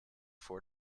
for